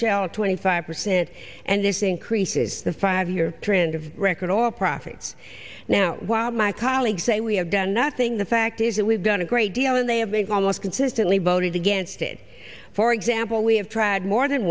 shell twenty five percent and this increases the five year trend of record all profits now while my colleagues say we have done nothing the fact is that we've done a great deal and they have been almost consistently voted against it for example we have tried more than